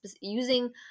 using